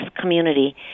community